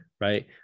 right